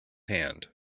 hand